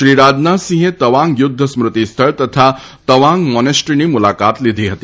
શ્રી રાજનાથસિંહે તવાંગ યુધ્ધ સ્મૃતિ સ્થળ તથા તવાંગ મોનેસ્ટ્રીની મુલાકાત લીધી હતી